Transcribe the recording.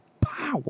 power